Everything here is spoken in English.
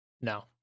No